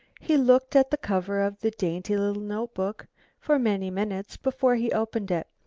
he looked at the cover of the dainty little notebook for many minutes before he opened it.